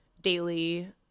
daily